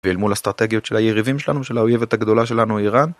ואל מול אסטרטגיות של היריבים שלנו, של האויבת הגדולה שלנו איראן.